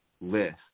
list